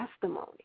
testimony